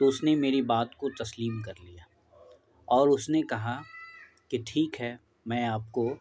تو اس نے میری بات کو تسلیم کر لیا اور اس نے کہا کہ ٹھیک ہے میں آپ کو